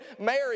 Mary